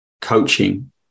coaching